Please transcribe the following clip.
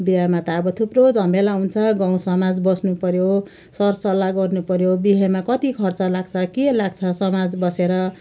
बिहामा त अब थुप्रो झमेला हुन्छ गाउँसमाज बस्नुपऱ्यो सरसल्लाह गर्नुपऱ्यो बिहेमा कति खर्च लाग्छ के लाग्छ समाज बसेर